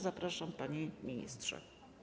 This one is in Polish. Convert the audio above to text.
Zapraszam, panie ministrze.